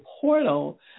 portal